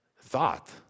thought